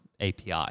API